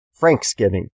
Franksgiving